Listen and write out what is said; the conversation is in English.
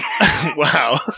wow